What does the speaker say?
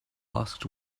asked